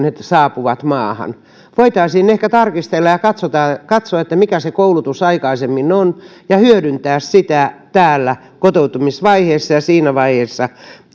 he saapuvat maahan voitaisiin ehkä tarkistella ja katsoa mikä se aikaisempi koulutus on ja hyödyntää sitä täällä kotoutumisvaiheessa ja siinä vaiheessa